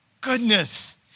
Goodness